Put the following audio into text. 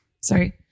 sorry